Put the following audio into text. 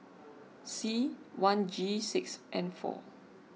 C one G six N four